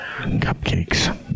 Cupcakes